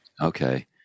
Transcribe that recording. Okay